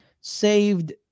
saved